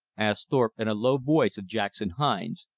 asked thorpe in a low voice of jackson hines,